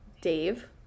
Dave